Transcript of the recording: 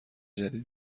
جدید